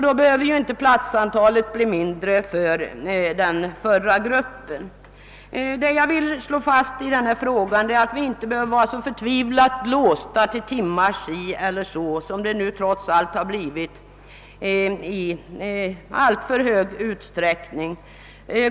Då behöver alltså inte platsantalet bli mindre för den förra Vad jag vill slå fast beträffande denna fråga är att vi inte behöver vara låsta till så och så många timmar som fallet nu trots allt är i alltför hög grad.